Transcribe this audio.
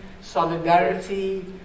solidarity